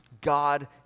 God